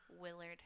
Willard